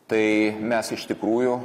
tai mes iš tikrųjų